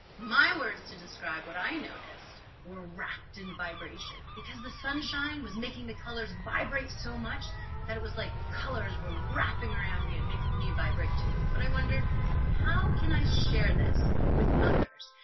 my words to describe what i noticed were wrapped in vibration because the sunshine was making the colours vibrate so much that it was like colours were wrapping around me and making me vibrate too but i wondered how can i share this with others.